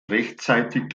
rechtzeitig